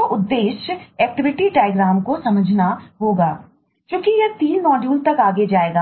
तो उद्देश्य activity diagram को समझना होगा चुकी यह तीन मॉड्यूल के बाईं